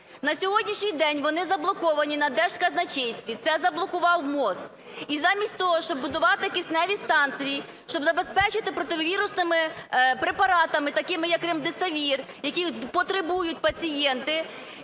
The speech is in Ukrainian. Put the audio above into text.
На сьогоднішній день вони заблоковані на Держказначействі, це заблокував МОЗ. І замість того, щоб будувати кисневі станції, щоб забезпечити противірусними препаратами такими, як ремдесивір, які потребують пацієнти,